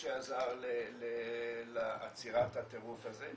שעזר לעצירת הטירוף הזה.